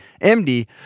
MD